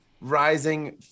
rising